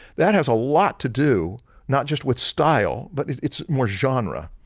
that has a lot to do not just with style but it's more genre.